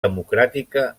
democràtica